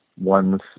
ones